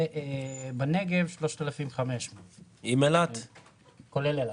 בנגב יש 3,500 כולל אילת.